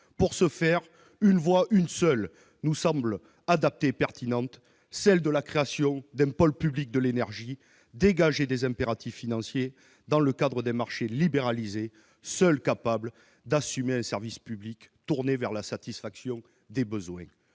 Pour ce faire, une voie, une seule, nous semble adaptée et pertinente, celle de la création d'un pôle public de l'énergie, dégagé des impératifs financiers dans le cadre d'un marché libéralisé, seul capable d'assumer un service public tourné vers la satisfaction des besoins.